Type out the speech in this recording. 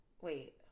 wait